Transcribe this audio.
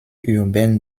urbaine